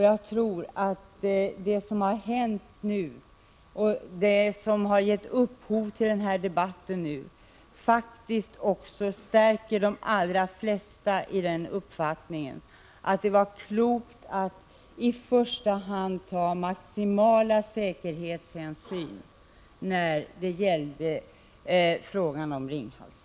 Jag tror att det som har hänt och som har gett upphov till den här debatten stärker de allra flesta i uppfattningen att det var klokt att i första hand ta maximala säkerhetshänsyn när det gällde frågan om Ringhals.